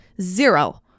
Zero